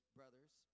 brothers